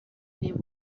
name